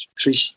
three